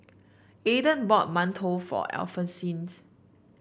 Ayden bought mantou for Alphonsines